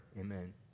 amen